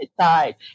side